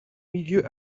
milieux